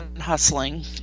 hustling